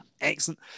Excellent